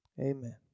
Amen